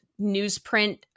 newsprint